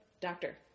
Doctor